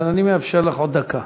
אבל אני מאפשר לך עוד דקה.